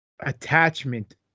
attachment